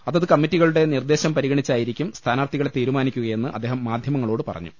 അതത് കമ്മിറ്റികളുടെ നിർദേശം പരിഗണിച്ചായിരിക്കും സ്ഥാനാർത്ഥി കളെ തീരുമാനിക്കുകയെന്ന് അദ്ദേഹം മാധ്യമങ്ങളോട് പറഞ്ഞു